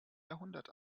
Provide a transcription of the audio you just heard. jahrhundert